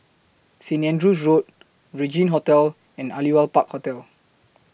Saint Andrew's Road Regin Hotel and Aliwal Park Hotel